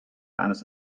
eines